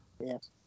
Yes